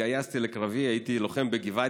התגייסתי לקרבי, הייתי לוחם בגבעתי,